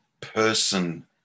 person